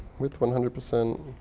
with one hundred percent